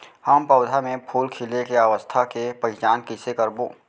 हम पौधा मे फूल खिले के अवस्था के पहिचान कईसे करबो